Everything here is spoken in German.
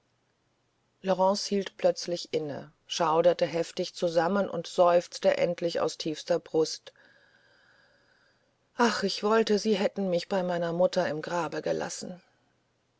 laurence hielt plötzlich inne schauderte heftig zusammen und seufzte endlich aus tiefster brust ach ich wollte sie hätten mich bei meiner mutter im grabe gelassen